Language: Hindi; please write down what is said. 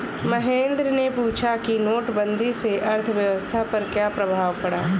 महेंद्र ने पूछा कि नोटबंदी से अर्थव्यवस्था पर क्या प्रभाव पड़ा